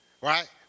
Right